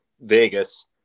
Vegas